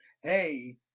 Hey